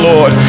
Lord